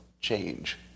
change